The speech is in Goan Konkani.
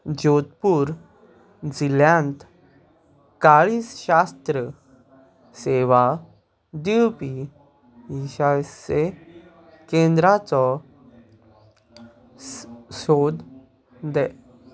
जोधपूर जिल्ल्यांत काळीजशास्त्र सेवा दिवपी इंशास्से केंद्रांचो स सोद घे